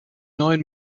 neuen